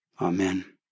Amen